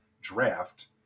draft